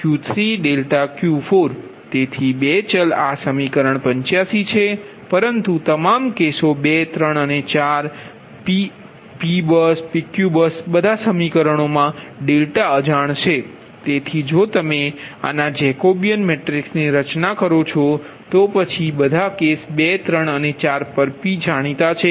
તેથી 2 ચલ આ સમીકરણ 85 મા છે પરંતુ તમામ કેસો 23 અને 4 P બસ PQ બસ બધા કિસ્સાઓમા અજાણ છે તેથી જો તમે આના જેકોબીયન મેટ્રિક્સની રચના કરો છો તો પછી બધા કેસ 2 3 અને 4 પર P જાણીતા છે